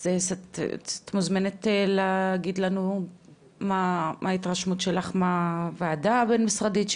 את מוזמנת להגיד לנו מה ההתרשמות שלך מהוועדה הבין משרדית,